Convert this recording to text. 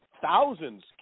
thousands